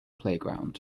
playground